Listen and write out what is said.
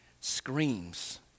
screams